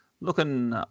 looking